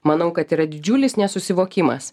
manau kad yra didžiulis nesusivokimas